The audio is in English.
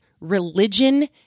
religion